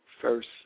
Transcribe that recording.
first